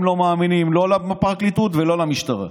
הם לא מאמינים לא לפרקליטות ולא למשטרה.